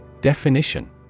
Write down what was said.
Definition